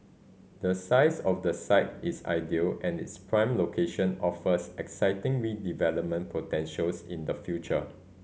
the size of the site is ideal and its prime location offers exciting redevelopment potentials in the future